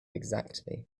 exactly